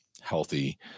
healthy